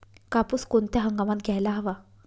कापूस कोणत्या हंगामात घ्यायला हवा?